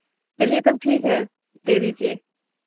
चलिए तब ठीक है दे दीजिए